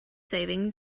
saving